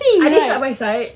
are they side by side